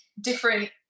different